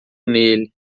nele